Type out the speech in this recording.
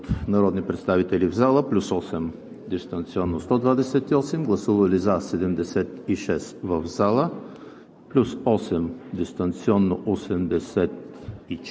Благодаря